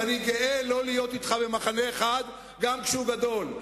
אני גאה לא להיות אתך במחנה אחד, גם כשהוא גדול.